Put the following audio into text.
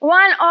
one